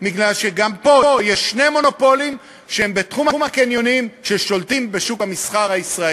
שבו אנחנו אומרים שצעירים ערבים רוצים ויכולים להיכנס לשוק העבודה.